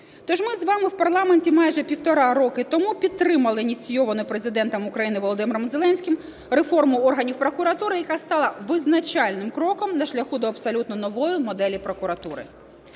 Тож ми з вами в парламенті майже півтора року тому підтримали ініційовану Президентом України Володимиром Зеленським реформу органів прокуратури, яка стала визначальним кроком на шляху до абсолютно нової моделі прокуратури.